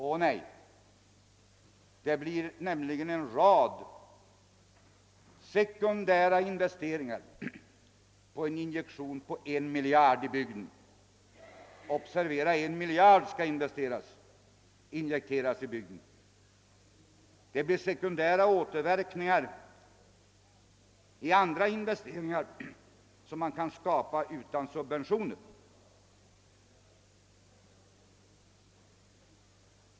Å nej, det blir nämligen enradsekundära investeringar och «en injektion på en miljard kronor i bygden. Observera, en miljard skall investeras i bygden. Det blir sekundära återverkningar i andra investeringar som man kan få till stånd utan subventioner.